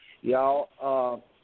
Y'all